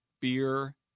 beer